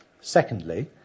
Secondly